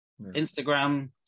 Instagram